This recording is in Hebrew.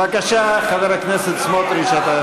בבקשה, חבר הכנסת סמוטריץ.